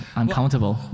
uncountable